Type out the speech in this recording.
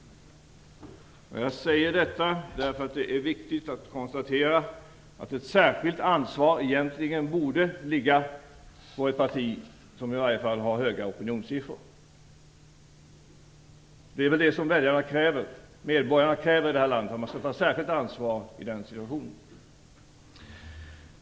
Jag säger detta därför att det är viktigt att konstatera att ett särskilt ansvar egentligen borde ligga på ett parti som i varje fall har höga opinionssiffror. Det är det som väljarna kräver. Medborgarna i det här landet kräver att man skall ta ett särskilt ansvar i en sådan situation.